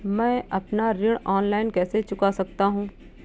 मैं अपना ऋण ऑनलाइन कैसे चुका सकता हूँ?